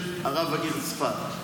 של רב העיר צפת.